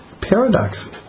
paradox